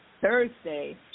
Thursday